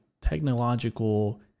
technological